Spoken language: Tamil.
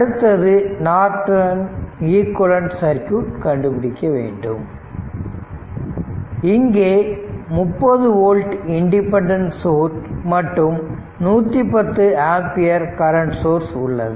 அடுத்தது நார்டன் ஈக்குவேலன்ட் சர்க்யூட் கண்டுபிடிக்க வேண்டும் இங்கே 30 ஓல்ட் இன்டிபென்டன்ட் சோர்ஸ் மற்றும் 110 ஆம்பியர் கரண்ட் சோர்ஸ் உள்ளது